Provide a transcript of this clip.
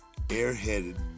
airheaded